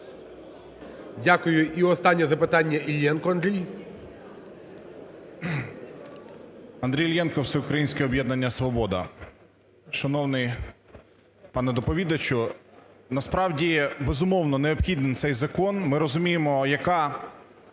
Дякую. І останнє запитання – Іллєнко Андрій. 11:09:30 ІЛЛЄНКО А.Ю. Андрій Іллєнко, Всеукраїнське об'єднання "Свобода". Шановний пане доповідачу! Насправді, безумовно, необхідний цей закон. Ми розуміємо, яка